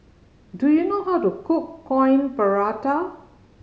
do you know how to cook Coin Prata